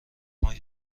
های